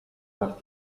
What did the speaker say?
dal